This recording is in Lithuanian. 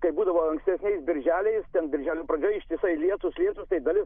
kaip būdavo ankstesniais birželiais ten birželio pradžioje ištisai lietūs lietūs tai dalis